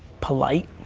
polite.